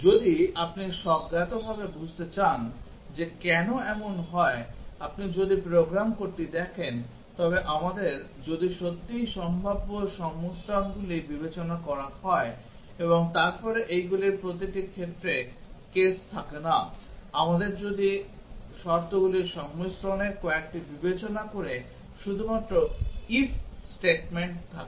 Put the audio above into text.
যদি আপনি স্বজ্ঞাতভাবে বুঝতে চান যে কেন এমন হয় আপনি যদি প্রোগ্রাম কোডটি দেখেন তবে আমাদের যদি সত্যিই সম্ভাব্য সংমিশ্রণগুলি বিবেচনা করা হয় এবং তারপরে এইগুলির প্রতিটি ক্ষেত্রে কেস থাকে না আমাদের যদি শর্তগুলির সংমিশ্রণের কয়েকটি বিবেচনা করে শুধুমাত্র if statement থাকে